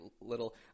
little